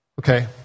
Okay